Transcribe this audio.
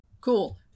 Cool